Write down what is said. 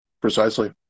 Precisely